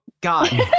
God